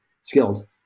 skills